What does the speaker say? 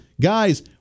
guys